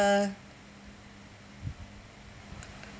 uh